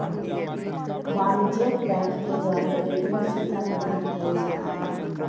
वाणिज्यिक बैंक के द्वारा ए.टी.एम सुविधा प्रदान कैल जा हइ